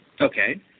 Okay